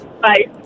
bye